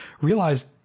realized